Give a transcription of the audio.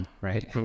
Right